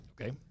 Okay